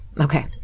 Okay